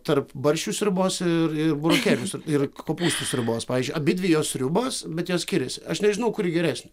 tarp barščių sriubos ir ir burokėlių ir kopūstų sriubos pavyzdžiui abidvi jos sriubos bet jos skiriasi aš nežinau kuri geresnė